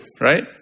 Right